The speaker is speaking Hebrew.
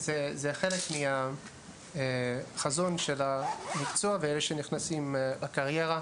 חלק מהחזון של המקצוע ושל אלה שנכנסים לקריירה